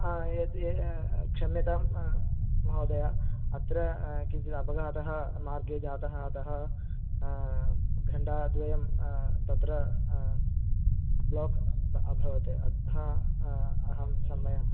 एतत् क्षम्यतां महोदय अत्र किञ्चित् अपघातः मार्गे जातः अतः घण्टाद्वयं तत्र ब्लाक् अभवत् अतः अहं क्षम्यतां